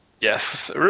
Yes